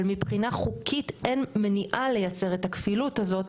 אבל מבחינה חוקית אין מניעה לייצר את הכפילות הזאת.